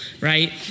right